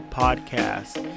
podcast